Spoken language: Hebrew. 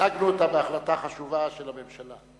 מיזגנו אותה בהחלטה חשובה של הממשלה.